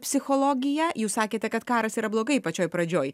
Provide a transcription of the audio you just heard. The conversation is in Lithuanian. psichologiją jūs sakėte kad karas yra blogai pačioj pradžioj